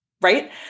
Right